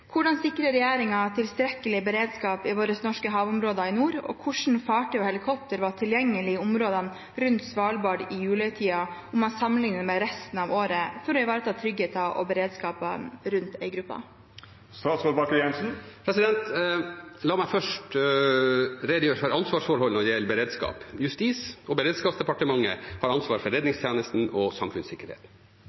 Hvordan sikrer regjeringen tilstrekkelig beredskap i våre norske havområder i nord, og hvilke fartøy og helikoptre var tilgjengelige i områdene rundt Svalbard i julehøytiden, sammenlignet med resten av året, for å ivareta tryggheten og beredskapen rundt øygruppa?» La meg først redegjøre for ansvarsforholdene når det gjelder beredskap. Justis- og beredskapsdepartementet har ansvar for redningstjenesten og